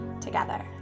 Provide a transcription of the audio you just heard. together